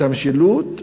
את המשילות,